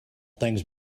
things